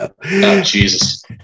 Jesus